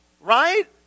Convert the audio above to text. Right